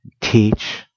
teach